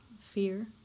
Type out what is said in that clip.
fear